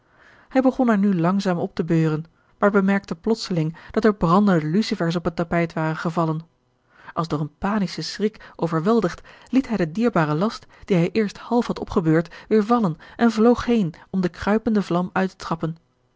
hij begon haar nu langzaam op te beuren maar bemerkte plotseling dat er brandende lucifers op het tapijt waren gevallen als door een panischen schrik overweldigd liet hij den dierbaren last dien hij eerst half had opgebeurd weêr vallen en vloog heen om de kruipende vlam uit te trappen